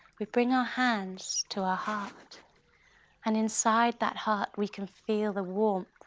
we bring our hands to our heart and inside that heart we can feel the warmth,